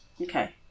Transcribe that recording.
Okay